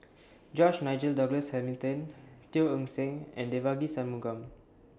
George Nigel Douglas Hamilton Teo Eng Seng and Devagi Sanmugam